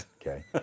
okay